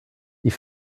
die